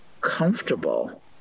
comfortable